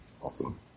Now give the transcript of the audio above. Awesome